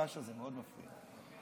הרעש הזה מאוד מפריע לי.